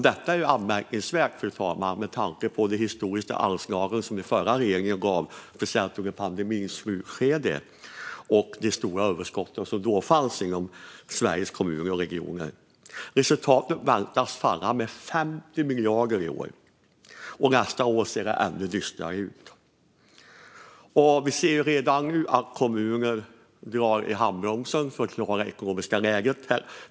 Detta är anmärkningsvärt, fru talman, med tanke på det historiska anslag som den förra regeringen gav, speciellt under pandemins slutskede, och de stora överskott som då fanns i Sveriges kommuner och regioner. Resultatet väntas falla med 50 miljarder i år, och för nästa år ser det ännu dystrare ut. Vi ser redan nu att kommuner drar i handbromsen för att klara det ekonomiska läget.